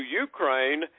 Ukraine